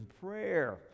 prayer